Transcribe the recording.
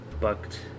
bucked